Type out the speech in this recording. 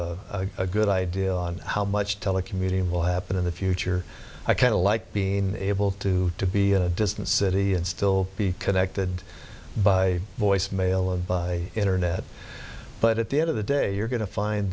have a good idea on how much telecommuting will happen in the future i kind of like being able to to be in a distant city and still be connected by voice mail of by internet but at the end of the day you're going to find